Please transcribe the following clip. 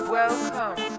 Welcome